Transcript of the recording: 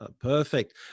perfect